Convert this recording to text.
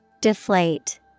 Deflate